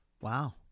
Wow